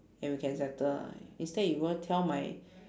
and we can settle ah instead you go tell my